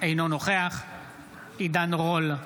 אינו נוכח עידן רול,